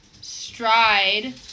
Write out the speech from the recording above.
Stride